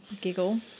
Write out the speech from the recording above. giggle